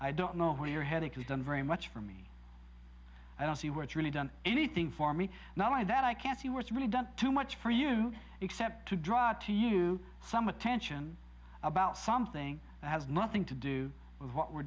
i don't know what your headache has done very much for me i don't see what's really done anything for me now i know that i can't see what's really done too much for you except to draw to you some attention about something that has nothing to do with what we're